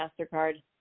MasterCard